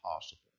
possible